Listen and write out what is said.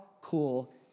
cool